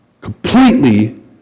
completely